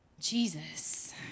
Jesus